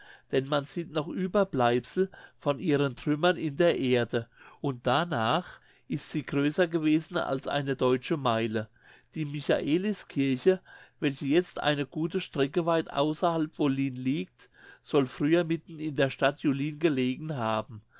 denn man sieht noch ueberbleibsel von ihren trümmern in der erde und danach ist sie größer gewesen als eine deutsche meile die michaeliskirche welche jetzt eine gute strecke weit außerhalb wollin liegt soll früher mitten in der stadt julin gestanden haben